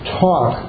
talk